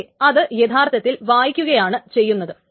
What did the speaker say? പക്ഷേ അത് യഥാർത്ഥത്തിൽ വായിക്കുകയാണ് ചെയ്യുന്നത്